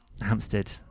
Hampstead